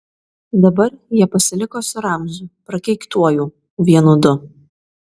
dabar jie pasiliko su ramziu prakeiktuoju vienu du